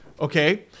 okay